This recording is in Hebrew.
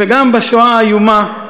וגם בשואה האיומה,